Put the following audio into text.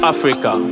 Africa